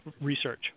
research